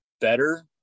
better